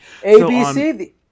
abc